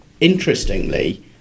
interestingly